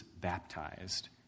baptized